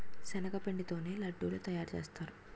శనగపిండి తోనే లడ్డూలు తయారుసేత్తారు